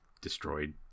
destroyed